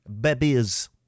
Babies